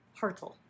Hartle